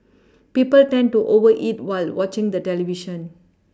people tend to over eat while watching the television